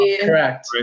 correct